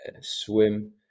swim